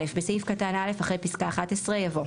בסעיף קטן (א), אחרי פסקה (11) יבוא: